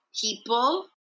people